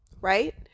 Right